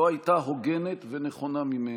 חושב שלא הייתה הוגנת ונכונה ממנה: